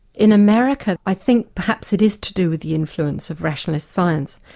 in america, i think perhaps it is to do with the influence of rationalist science,